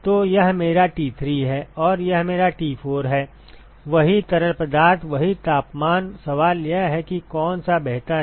तो यह मेरा T3 है और यह मेरा T4 है वही तरल पदार्थ वही तापमान सवाल यह है कि कौन सा बेहतर है